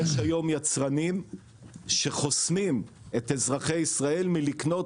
יש היום יצרנים שחוסמים את אזרחי ישראל מלקנות